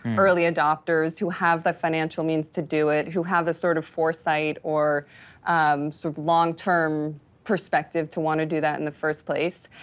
early adopters, who have the financial means to do it, who have the sort of foresight or sort of long term perspective to wanna do that in the first place.